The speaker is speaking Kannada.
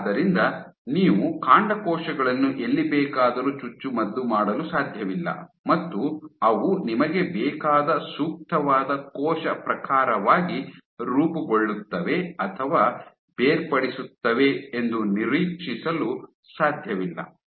ಆದ್ದರಿಂದ ನೀವು ಕಾಂಡಕೋಶಗಳನ್ನು ಎಲ್ಲಿ ಬೇಕಾದರೂ ಚುಚ್ಚುಮದ್ದು ಮಾಡಲು ಸಾಧ್ಯವಿಲ್ಲ ಮತ್ತು ಅವು ನಿಮಗೆ ಬೇಕಾದ ಸೂಕ್ತವಾದ ಕೋಶ ಪ್ರಕಾರವಾಗಿ ರೂಪುಗೊಳ್ಳುತ್ತವೆ ಅಥವಾ ಬೇರ್ಪಡಿಸುತ್ತವೆ ಎಂದು ನಿರೀಕ್ಷಿಸಲು ಸಾಧ್ಯವಿಲ್ಲ